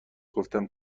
گفتم